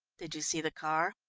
did you see the car?